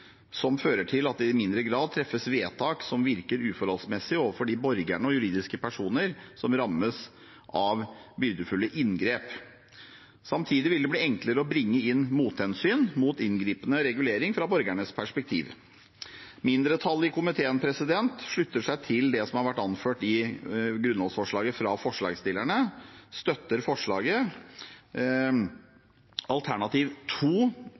som fører til at det i mindre grad treffes vedtak som virker uforholdsmessige overfor de borgere og juridiske personer som rammes av byrdefulle inngrep. Samtidig vil det bli enklere å bringe inn mothensyn mot inngripende regulering fra borgernes perspektiv. Mindretallet i komiteen slutter seg til det som har vært anført i grunnlovsforslaget fra forslagsstillerne, og støtter forslaget, alternativ